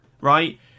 Right